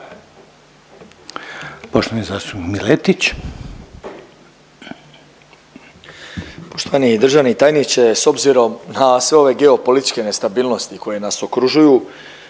Poštovani državni tajniče, s obzirom na sve ove geopolitičke nestabilnosti koje nas okružuju